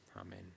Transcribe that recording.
Amen